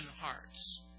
hearts